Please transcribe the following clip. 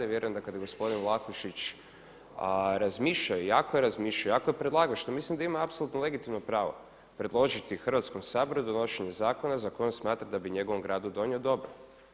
I vjerujem da kada gospodin Vlahušić razmišlja i ako je razmišljao, ako je predlagao što mislim da ima apsolutno legitimno pravo predložiti Hrvatskom saboru donošenje zakona za kojeg on smatra da bi njegovom gradu donio dobro.